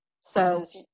says